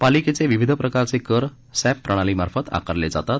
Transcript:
पालिकेचे विविध प्रकारचे कर सप्त प्रणाली मार्फत आकारले जातात